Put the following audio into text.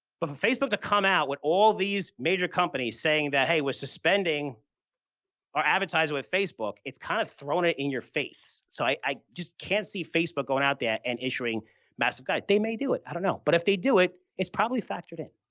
but for facebook to come out with all these major companies saying that, hey, we're suspending our advertising with facebook. it's kind of thrown it in your face. so, i i just can't see facebook going out there and issuing massive guide. they may do it, i don't know, but if they do it, it's probably factored in.